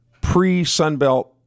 pre-Sunbelt